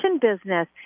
business